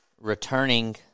returning